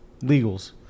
legals